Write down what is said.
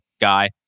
guy